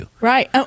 Right